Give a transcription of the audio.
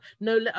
no